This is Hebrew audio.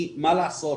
כי מה לעשות,